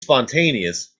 spontaneous